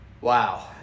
wow